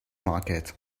market